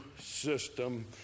system